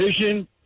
vision